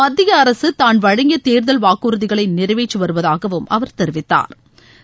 மத்திய அரசு தான் வழங்கிய தேர்தல் வாக்குறுதிகளை நிறைவேற்றி வருவதாக அவர் தெரிவித்தாா்